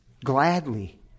gladly